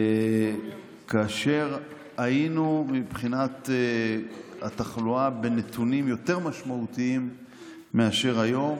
כאשר היינו מבחינת התחלואה בנתונים יותר משמעותיים מאשר היום,